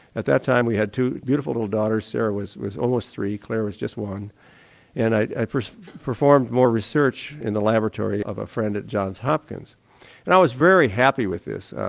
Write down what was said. at that time we had two beautiful little daughters sara was was almost three, claire was just one and i first performed more research in the laboratory of a friend at johns hopkins and i was very happy with this.